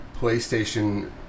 PlayStation